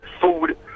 Food